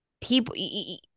People